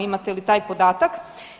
Imate li taj podatak?